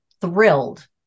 thrilled